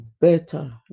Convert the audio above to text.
better